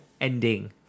Ending